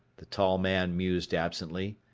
the tall man mused absently,